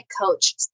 coach